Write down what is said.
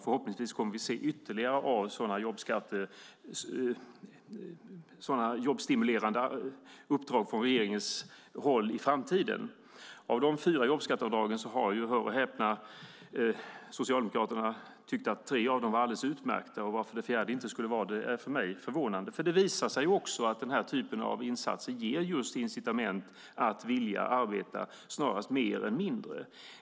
Förhoppningsvis kommer vi att se ytterligare jobbstimulerande uppdrag från regeringens håll i framtiden. Av de fyra jobbskatteavdragen har - hör och häpna - Socialdemokraterna tyckt att tre av dem var alldeles utmärkta. Varför det fjärde inte skulle vara det är för mig förvånande. Det visar sig att den typen av insatser ger incitament att vilja arbeta snarast mer än mindre.